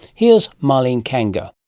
here's marlene kanga.